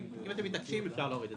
אם אתם מתעקשים, אפשר להוריד את זה.